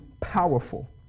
powerful